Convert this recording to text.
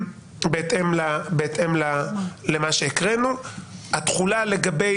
בגדול יצרנו את הסדר הארכה של תחולת